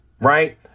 right